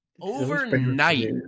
Overnight